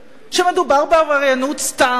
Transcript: שמדובר בעבריינות סתם.